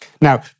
Now